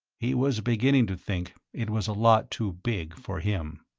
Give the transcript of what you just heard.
he was beginning to think it was a lot too big for him.